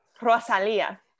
Rosalia